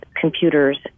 computers